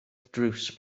drws